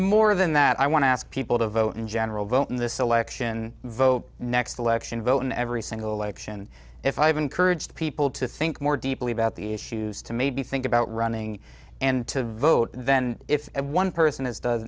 more than that i want to ask people to vote in general vote in this election vote next election vote every single election if i've encouraged people to think more deeply about the issues to maybe think about running and to vote then if one person has do